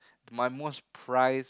my most pride